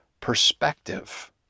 perspective